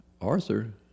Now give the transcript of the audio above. Arthur